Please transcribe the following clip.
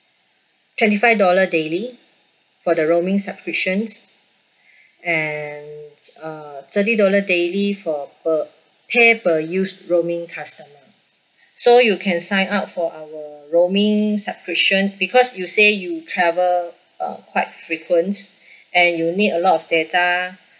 twenty five dollar daily for the roaming subscriptions and uh thirty dollar daily for per pay per use roaming customer so you can sign up for our roaming subscription because you say you travel uh quite frequent and you need a lot of data